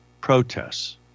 protests